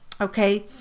okay